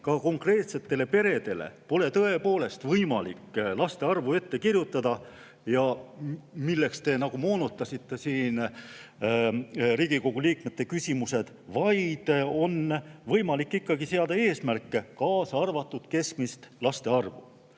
konkreetsetele peredele pole tõepoolest võimalik laste arvu ette kirjutada – selliseks te moonutasite Riigikogu liikmete küsimusi –, aga on võimalik seada eesmärke, kaasa arvatud keskmise laste arvu